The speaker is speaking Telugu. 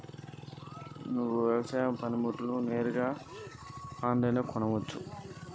నేను వ్యవసాయ పరికరాలను ఆన్ లైన్ లో కొనచ్చా?